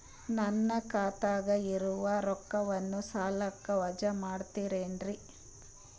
ನನ್ನ ಖಾತಗ ಇರುವ ರೊಕ್ಕವನ್ನು ಸಾಲಕ್ಕ ವಜಾ ಮಾಡ್ತಿರೆನ್ರಿ?